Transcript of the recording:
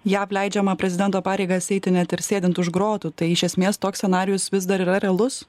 jav leidžiama prezidento pareigas eiti net ir sėdint už grotų tai iš esmės toks scenarijus vis dar yra realus